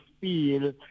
feel